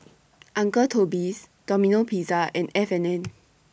Uncle Toby's Domino Pizza and F and N